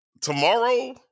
tomorrow